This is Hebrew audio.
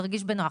תרגיש בנוח.